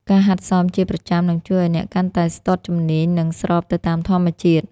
ការហាត់សមជាប្រចាំនឹងជួយឱ្យអ្នកកាន់តែស្ទាត់ជំនាញ និងស្របទៅតាមធម្មជាតិ។